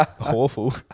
Awful